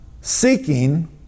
seeking